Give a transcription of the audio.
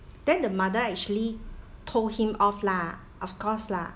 then the mother actually told him off lah of course lah